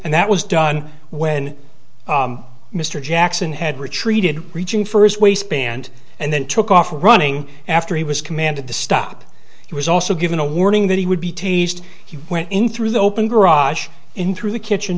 and that was done when mr jackson had retreated reaching for his waistband and then took off running after he was commanded to stop he was also given a warning that he would be teased he went in through the open garage in through the kitchen